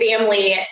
family